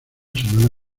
semana